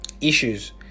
issues